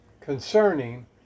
concerning